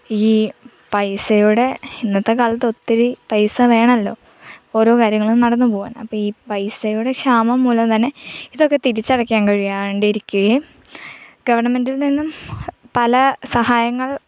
ഈ പൈസയുടെ ഇന്നത്തെ കാലത്ത് ഒത്തിരി പൈസ വേണമല്ലോ ഓരോ കാര്യങ്ങളും നടന്ന് പോകാൻ അപ്പം ഈ പൈസയുടെ ക്ഷാമം മൂലം തന്നെ ഇതൊക്കെ തിരിച്ചടക്കാൻ കഴിയാതിരിക്കുകയും ഗവൺമെൻറ്റിൽ നിന്നും പല സഹായങ്ങൾ